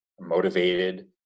motivated